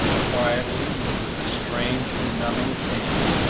quietly, with a strange, benumbing pain,